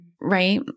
right